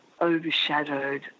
overshadowed